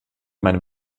meiner